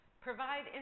Provide